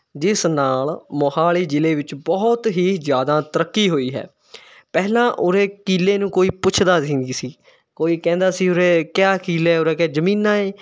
ਜਿਸ ਨਾਲ਼ ਮੋਹਾਲੀ ਜ਼ਿਲ੍ਹੇ ਵਿੱਚ ਬਹੁਤ ਹੀ ਜ਼ਿਆਦਾ ਤਰੱਕੀ ਹੋਈ ਹੈ ਪਹਿਲਾਂ ਉਰੇ ਕਿੱਲੇ ਨੂੰ ਕੋਈ ਪੁੱਛਦਾ ਸੀ ਵੀ ਨੀ ਸੀ ਕੋਈ ਕਹਿੰਦਾ ਸੀ ਉਰੇ ਕਿਆ ਕਿੱਲੇ ਉਰੇ ਜ਼ਮੀਨਾਂ ਏ